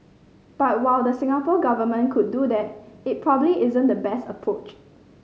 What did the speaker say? but while the Singapore Government could do that it probably isn't the best approach